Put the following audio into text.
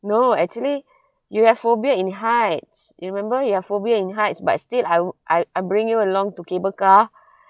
no actually you have phobia in heights you remember you have phobia in heights but still I I I bring you along to cable car